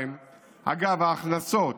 אגב, ההכנסות